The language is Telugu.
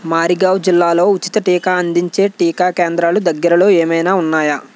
మారిగావ్ జిల్లాలో ఉచిత టీకా అందించే టీకా కేంద్రాలు దగ్గరలో ఏమైనా ఉన్నాయా